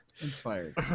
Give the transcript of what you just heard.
inspired